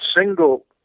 single